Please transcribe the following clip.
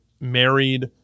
married